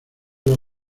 los